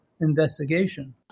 investigation